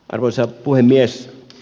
arvoisa puhemies